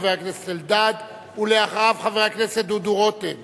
חבר הכנסת אלדד, ואחריו, חבר הכנסת דודו רותם.